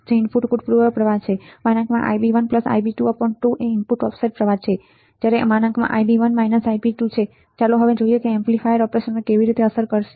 input પૂર્વગ્રહ પ્રવાહ છે |Ib1 Ib2|2 ઇનપુટ ઓફસેટ પ્રવાહ છે |Ib1 Ib2|બરાબરહવે ચાલો જોઈએ કે આ એમ્પ્લીફાયર ઓપરેશનને કેવી રીતે અસર કરશે